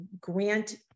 grant